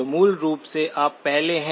तो मूल रूप से आप पहले हैं